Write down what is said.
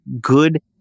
good